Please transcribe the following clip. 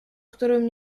którym